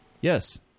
Yes